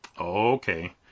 Okay